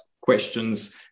questions